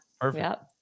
Perfect